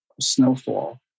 snowfall